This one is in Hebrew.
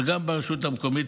וגם ברשות המקומית,